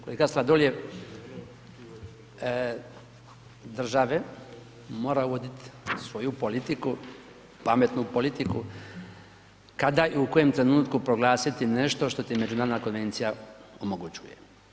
Kolega Sladoljev, države mora vodit svoju politiku, pametnu politiku, kada i u kojem trenutku proglasiti nešto što ti međunarodna konvencija omogućuje.